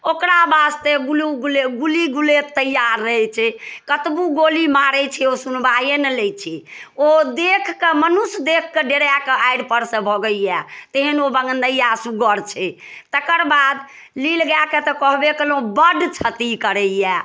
ओकरा वास्ते गुलु गुले गुली गुलेत तैआर रहै छै कतबो गोली मारै छियै ओ सुनबाहे नहि लै छै ओ देखिकऽ मनुष्य देखिकऽ डेरा कऽ आड़िपरसँ भागैए तेहेन ओ बनैया सुग्गर छै तकर बाद नील गायके तऽ कहबे कयलहुँ बड्ड क्षति करैए